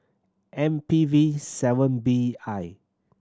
M P V seven B I